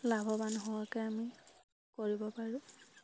লাভৱান হোৱাকৈ আমি কৰিব পাৰোঁ